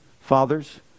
Fathers